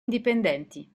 indipendenti